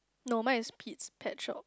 no mine is Pete's Pet Shop